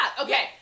okay